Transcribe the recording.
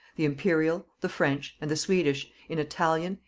the imperial, the french, and the swedish, in italian,